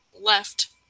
left